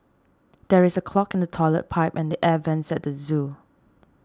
there is a clog in the Toilet Pipe and the Air Vents at the zoo